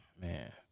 man